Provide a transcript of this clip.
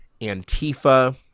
Antifa